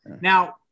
Now